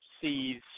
sees